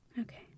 Okay